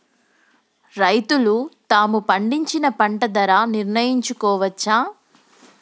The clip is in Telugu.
రైతులు తాము పండించిన పంట ధర నిర్ణయించుకోవచ్చా?